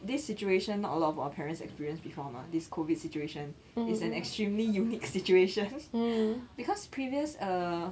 this situation not a lot of our parents experienced before mah this COVID situation it's an extremely unique situation because previous err